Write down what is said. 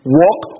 walk